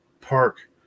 Park